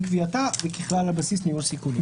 קביעתה וככלל על בסיס ניהול סיכונים".